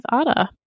Ada